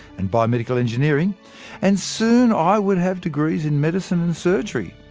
and biomedical engineering and soon i would have degrees in medicine and surgery.